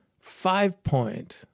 five-point